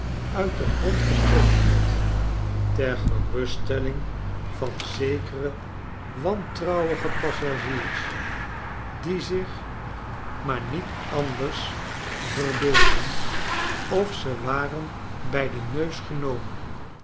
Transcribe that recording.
uit den grond getrokken had ter geruststelling van zekere wantrouwige passagiers die zich maar niet sohetsen uit amerika anders verbeeldden of ze waren bij den neus genomen